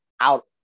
out